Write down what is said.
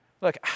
Look